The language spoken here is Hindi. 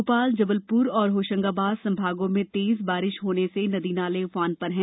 भोपाल जबलपुर और होशंगाबाद संभागों में तेज बारिश से नदी नाले उफान पर हैं